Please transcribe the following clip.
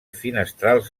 finestrals